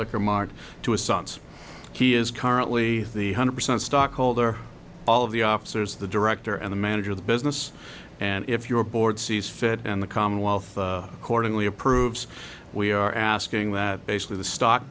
liquor mart to his sons he is currently the hundred percent stockholder all of the officers the director and the manager of the business and if your board sees fit and the commonwealth accordingly approves we are asking that basically the stock